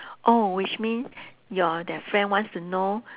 oh which mean your that friend wants to know